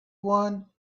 one